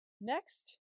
Next